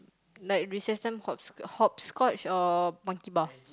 like recess time hop hopscotch or Monkey Bar